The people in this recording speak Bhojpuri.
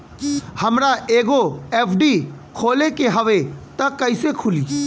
हमरा एगो एफ.डी खोले के हवे त कैसे खुली?